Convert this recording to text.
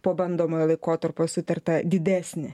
po bandomojo laikotarpio sutartą didesnį